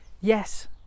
Yes